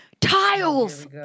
tiles